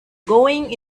going